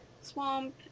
swamp